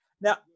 Now